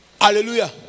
Hallelujah